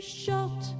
shot